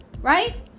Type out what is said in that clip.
Right